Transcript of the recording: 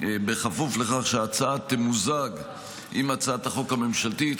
בכפוף לכך שההצעה תמוזג עם הצעת החוק הממשלתית,